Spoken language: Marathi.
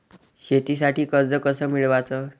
शेतीसाठी कर्ज कस मिळवाच?